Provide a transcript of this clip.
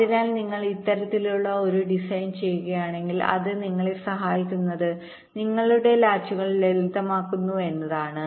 അതിനാൽ നിങ്ങൾ ഇത്തരത്തിലുള്ള ഒരു ഡിസൈൻ ചെയ്യുകയാണെങ്കിൽ അത് നിങ്ങളെ സഹായിക്കുന്നത് നിങ്ങളുടെ ലാച്ചുകൾ ലളിതമാക്കുന്നു എന്നതാണ്